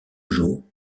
jours